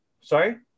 sorry